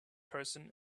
person